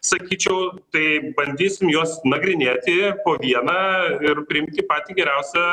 sakyčiau tai bandysim juos nagrinėti po vieną ir priimti patį geriausią